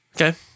Okay